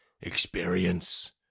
experience